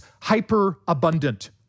hyperabundant